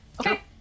Okay